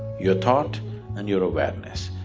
your thought and your awareness,